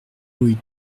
rue